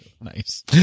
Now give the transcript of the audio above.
Nice